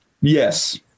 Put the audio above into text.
Yes